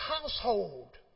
household